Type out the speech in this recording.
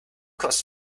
costs